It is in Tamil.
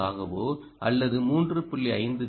9 ஆகவோ அல்லது 3